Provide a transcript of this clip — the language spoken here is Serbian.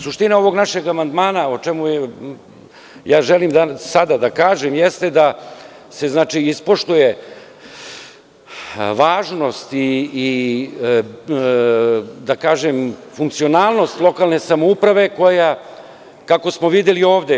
Suština ovog našeg amandmana o čemu želim sada da kažem jeste, da se ispoštuje važnost i da kažem funkcionalnost lokalne samouprave koja, kako smo videli ovde.